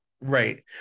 Right